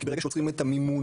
כי ברגע שעוצרים את המימון,